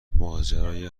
ماجرای